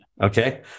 Okay